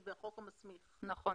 נכון.